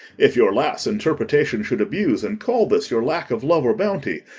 if your lass interpretation should abuse, and call this your lack of love or bounty,